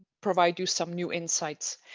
provide you some new insights.